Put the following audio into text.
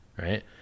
right